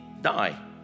die